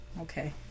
Okay